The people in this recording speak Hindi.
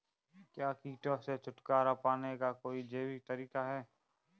क्या कीटों से छुटकारा पाने का कोई जैविक तरीका है?